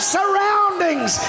surroundings